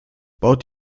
baut